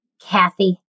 Kathy